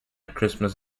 christmas